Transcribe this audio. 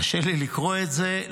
קשה לי לקרוא את זה,